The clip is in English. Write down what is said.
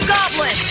Goblin